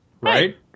right